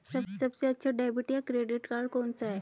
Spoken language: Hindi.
सबसे अच्छा डेबिट या क्रेडिट कार्ड कौन सा है?